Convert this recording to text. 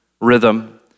rhythm